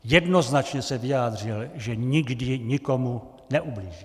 Jednoznačně se vyjádřil, že nikdy nikomu neublížil.